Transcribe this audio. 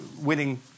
winning